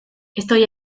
estoy